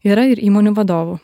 yra ir įmonių vadovų